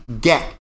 get